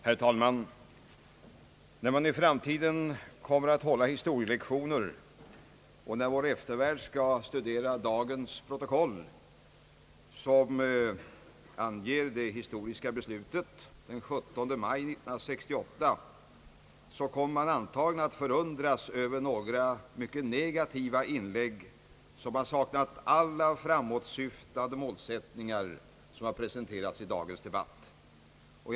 Herr talman! När man i framtiden kommer att hålla historielektioner i författningsfrågan och när vår eftervärld skall studera dagens protokoll, som anger det historiska beslutet den 17 maj 1968, kommer man antagligen att förundras över några mycket negativa inlägg, som har presenterats i dagens debatt, vilka saknat framåtsyftande målsättningar.